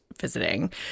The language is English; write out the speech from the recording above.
visiting